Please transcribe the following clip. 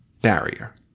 barrier